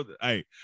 Hey